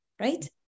right